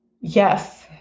Yes